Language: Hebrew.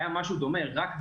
משהו דומה, קיימת רק באיטליה,